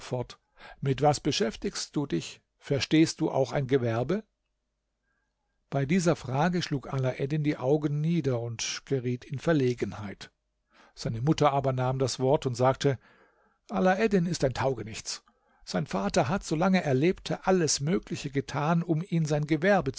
mit was beschäftigst du dich verstehst du auch ein gewerbe bei dieser frage schlug alaeddin die augen nieder und geriet in verlegenheit seine mutter aber nahm das wort und sagte alaeddin ist ein taugenichts sein vater hat solange er lebte alles mögliche getan um ihn sein gewerbe